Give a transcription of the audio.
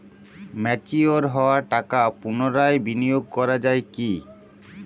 Mature হওয়া টাকা পুনরায় বিনিয়োগ করা য়ায় কি?